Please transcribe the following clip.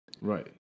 Right